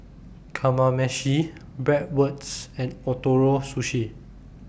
Kamameshi Bratwurst and Ootoro Sushi